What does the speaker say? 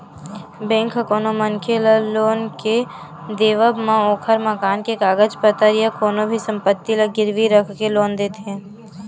bank ह कोनो मनखे ल लोन के देवब म ओखर मकान के कागज पतर या कोनो भी संपत्ति ल गिरवी रखके लोन देथे